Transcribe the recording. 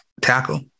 tackle